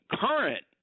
current